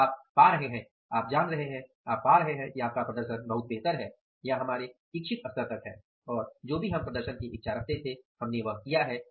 और आप पा रहे हैं आप पा रहे हैं कि आपका प्रदर्शन बहुत बेहतर है या हमारे इच्छित स्तर तक है और हम जो भी प्रदर्शन की इच्छा रखते थे हमने वह किया है